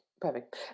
Perfect